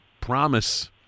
promise